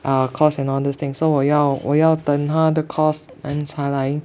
err course and all these things so 我要我要等他的 course then 才来